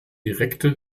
direkte